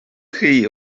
chi